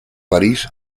parís